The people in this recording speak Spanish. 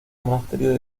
monasterio